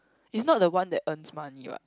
it's not the one that earns money what